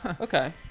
Okay